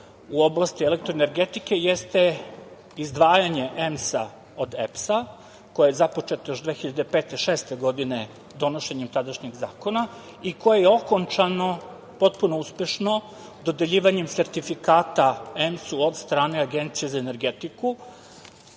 u oblasti elektroenergetike jeste izdvajanje EMS-a od EPS-a koje je započeto još 2005, 2006. godine donošenjem tadašnjeg zakona i koje je okončano, potpuno uspešno, dodeljivanjem sertifikata EMS-u od strane Agencije za energetiku,